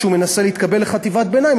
כשהוא מנסה להתקבל לחטיבת ביניים,